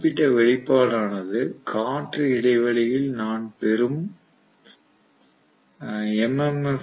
இந்த குறிப்பிட்ட வெளிப்பாடானது காற்று இடைவெளியில் நான் பெரும் எம்